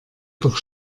doch